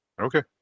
Okay